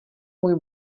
můj